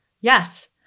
Yes